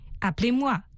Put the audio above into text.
Appelez-moi